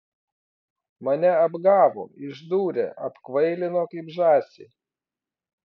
mane apgavo išdūrė apkvailino kaip žąsį